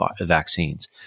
vaccines